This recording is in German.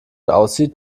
aussieht